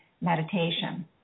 meditation